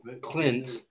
Clint